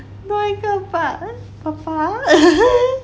多一个吧爸爸